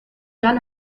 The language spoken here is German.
dann